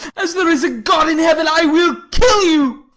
as there is a god in heaven, i will kill you!